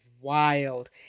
wild